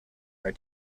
are